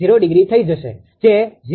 005∠0° થઈ જશે જે 0